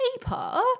paper